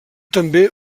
també